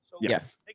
Yes